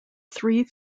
three